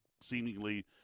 seemingly